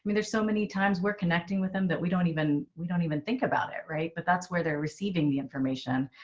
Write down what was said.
there's so many times we're connecting with them that we don't even we don't even think about it. right. but that's where they're receiving the information.